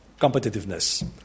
competitiveness